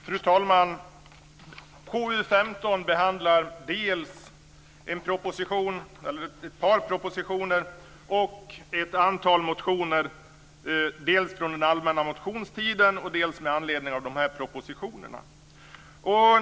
Fru talman! I KU15 behandlas ett par propositioner och ett antal motioner dels från allmänna motionstiden, dels med anledning av propositionerna.